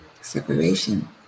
separation